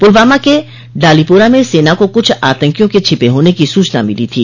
पुलवामा के डालीपोरा में सेना को कुछ आतंकियों के छिपे होनी की सूचना मिली थी